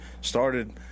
started –